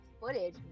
footage